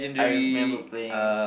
I remember playing